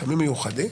"מטעמים מיוחדים",